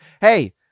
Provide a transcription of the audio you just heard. hey